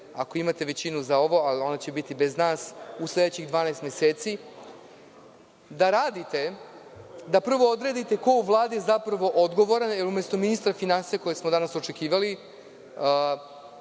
ako imate većinu za ovo, a ona će biti bez nas, u sledećih 12 meseci, da radite, da prvo odredite ko je u Vladi zapravo odgovoran, jer umesto ministra finansija, kojeg smo danas očekivali,